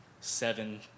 seven